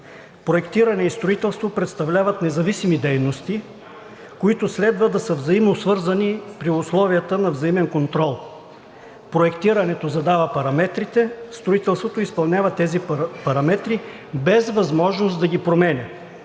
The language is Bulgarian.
Проектирането и строителството представляват независими дейности, които следва да са взаимосвързани при условията на взаимен контрол – проектирането задава параметрите, строителството изпълнява тези параметри без възможност да ги променя,